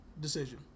decision